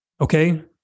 okay